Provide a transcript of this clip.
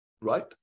right